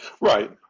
Right